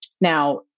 Now